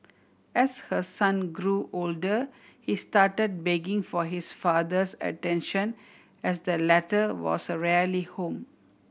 as her son grew older he started begging for his father's attention as the latter was rarely home